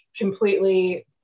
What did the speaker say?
completely